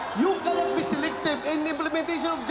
be selective in the implementation